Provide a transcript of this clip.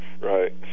Right